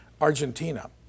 Argentina